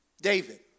David